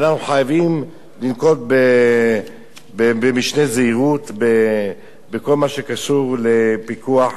אנחנו חייבים לנקוט משנה זהירות בכל מה שקשור לפיקוח